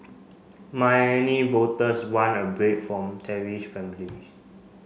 voters want a break from tarnished families